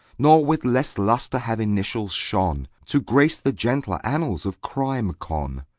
nor with less lustre have initials shone, to grace the gentler annals of crim. con.